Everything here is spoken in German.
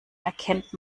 erkennt